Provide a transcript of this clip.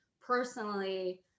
personally